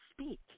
speak